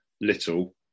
Little